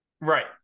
Right